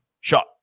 shot